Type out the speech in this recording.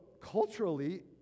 culturally